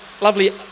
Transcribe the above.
lovely